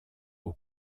aux